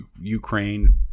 Ukraine